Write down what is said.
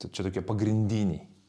tai čia tokie pagrindiniai